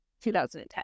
2010